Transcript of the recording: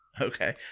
okay